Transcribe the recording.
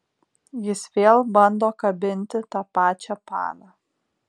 jis vėl bando kabinti tą pačią paną